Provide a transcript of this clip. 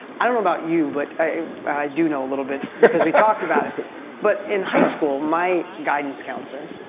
i don't know about you but, i do know a little bit because we talked about it but in high school my guidance counselor,